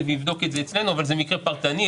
ואבדוק את זה אצלנו אבל זה מקרה פרטני.